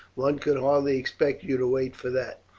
one could hardly expect you to wait for that.